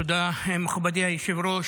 תודה, מכובדי היושב-ראש.